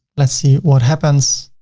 let's see what happens.